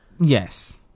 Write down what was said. Yes